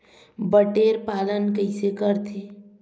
बटेर पालन कइसे करथे?